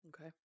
Okay